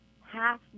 half